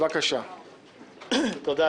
תודה,